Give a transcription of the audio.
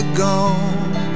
gone